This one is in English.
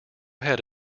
had